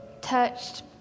touched